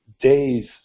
days